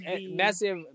Massive